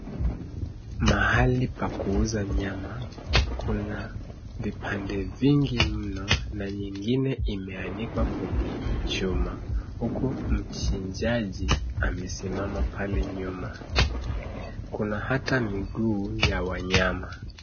Mahali pa kuuza nyama, kuna vipande vingi mno na nyingine imeanikwa kwenye chuma huku mchinjaji amesimama pale nyuma. Kuna hata miguu ya wanyama.